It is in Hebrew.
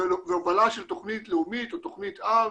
והובלה של תכנית לאומית או תכנית אב